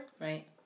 right